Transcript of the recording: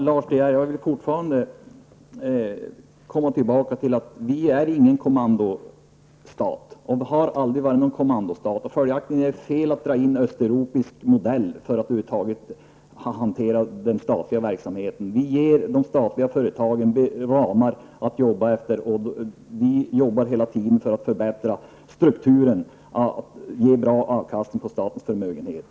Herr talman! Till Lars De Geer vill jag åter säga att vi inte är, och har aldrig varit, någon kommandostat. Följaktligen är det fel att dra in östeuropeiska modeller över huvud taget när det gäller hanterandet av den statliga verksamheten. Vi ger de statliga företagen ramar att arbeta efter. Vi jobbar hela tiden för att förbättra strukturen och ge bra avkastning på statens förmögenhet.